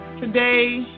today